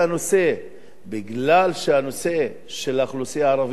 בגלל שהנושא של האוכלוסייה הערבית לא נדון בוועדה